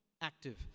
active